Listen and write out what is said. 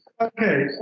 Okay